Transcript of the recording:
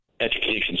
education